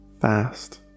fast